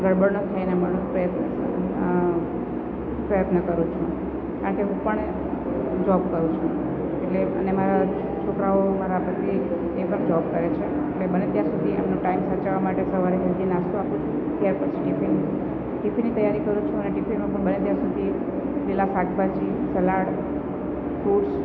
ગડબડ ન થાય એના માટે પ્રયત્ન પ્રયત્ન કરું છું કારણ કે હું પણ જોબ કરું છું એટલે અને મારા છોકરાંઓ મારા પતિ એ પણ જોબ કરે છે અને બને ત્યાં સુધી એમનો ટાઈમ બચાવા માટે સવારે હેલ્ધી નાસ્તો આપું છું ત્યાર પછી ટિફિન ટિફિનની તૈયારી કરું છું અને ટિફિનમાં પણ બને ત્યાં સુધી પેલા શાકભાજી સલાડ ફ્રૂટ્સ